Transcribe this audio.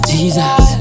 Jesus